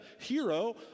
hero